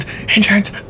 insurance